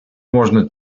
можна